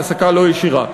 העסקה לא ישירה.